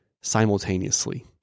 simultaneously